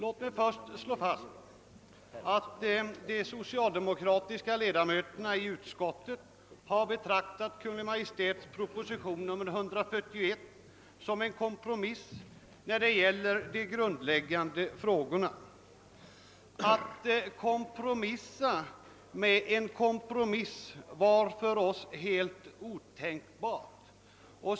Låt mig först slå fast att de socialdemokratiska ledamöterna i utskottet betraktat Kungl. Maj:ts proposition nr 141 som en kompromiss när det gällt de grundläggande frågorna. Att kompromissa om en kompromiss var för oss helt otänkbart.